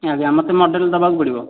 ଆଜ୍ଞା ମୋତେ ମଡ଼େଲ ଦେବାକୁ ପଡ଼ିବ